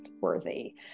worthy